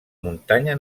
muntanya